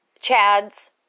Chad's